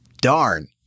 darn